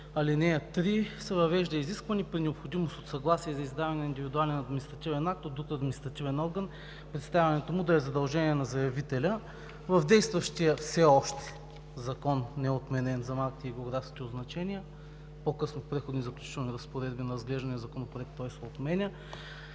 ал. 3 се въвежда изискване при необходимост от съгласие за издаване на индивидуален административен акт от друг административен орган, представянето му да е задължение на заявителя. В действащия, все още неотменен Закон за марките и географските означения, по-късно в Преходни и заключителни разпоредби на разглеждания законопроект той се отменя.